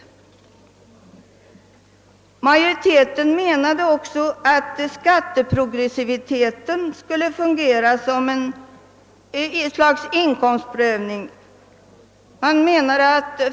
Majoriteten menade också att skatteprogressiviteten skulle fungera som ett slags inkomstprövning.